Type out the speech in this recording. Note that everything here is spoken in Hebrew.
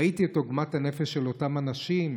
ראיתי את עוגמת הנפש של אותם אנשים,